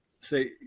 say